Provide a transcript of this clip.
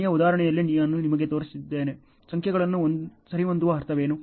ಕೊನೆಯ ಉದಾಹರಣೆಯಲ್ಲಿ ನಾನು ನಿಮಗೆ ತೋರಿಸಿದ್ದೇನೆ ಸಂಖ್ಯೆಗಳನ್ನು ಸರಿಹೊಂದುವ ಅರ್ಥವೇನು